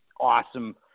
awesome